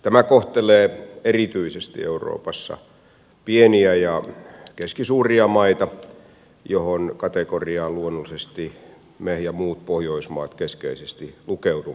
tämä kohtelee erityisesti euroopassa pieniä ja keskisuuria maita johon kategoriaan luonnollisesti me ja muut pohjoismaat keskeisesti lukeudumme